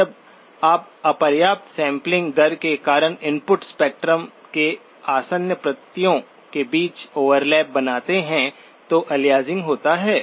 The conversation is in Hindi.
जब आप अपर्याप्त सैंपलिंग दर के कारण इनपुट स्पेक्ट्रम के आसन्न प्रतियों के बीच ओवरलैप बनाते हैं तो अलियासिंग होता है